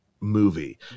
movie